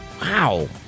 Wow